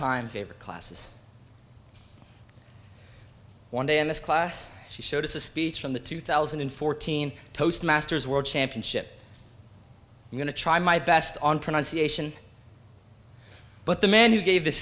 time favorite classes one day in this class she showed us a speech from the two thousand and fourteen toastmasters world championship i'm going to try my best on pronunciation but the man who gave